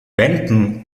benton